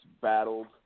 battled